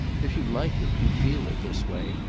if you like it, you feel it, this way,